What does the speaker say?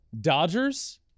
Dodgers